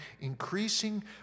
increasing